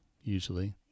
usually